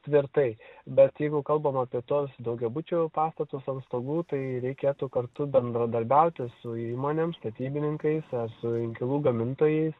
tvirtai bet jeigu kalbame apie tuos daugiabučių pastatus ant stogų tai reikėtų kartu bendradarbiauti su įmonėm statybininkais su inkilų gamintojais